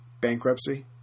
bankruptcy